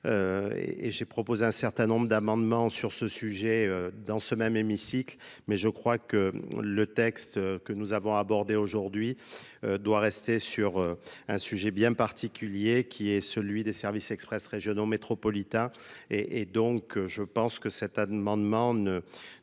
et j'ai proposé un certain nombre d'amendements sur ce sujet dans ce même hémicycle dans ce même hémicycle, mais je crois que le texte que nous avons abordé aujourd'hui euh doit rester sur un sujet bien particulier, qui est celui des services express régionaux métropolitains et donc je pense que cet amendement ne